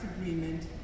Agreement